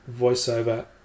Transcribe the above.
VoiceOver